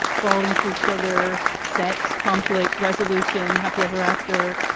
falling for each other? sex conflict resolution, happy ever after?